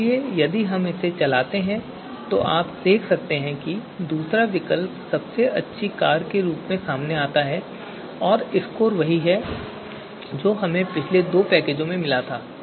इसलिए यदि हम इसे चलाते हैं तो आप देख सकते हैं कि दूसरा विकल्प सबसे अच्छी कार के रूप में सामने आता है और स्कोर वही है जो हमें पिछले दो पैकेजों में भी मिला था